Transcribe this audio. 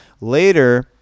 Later